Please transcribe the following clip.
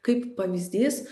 kaip pavyzdys